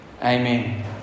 Amen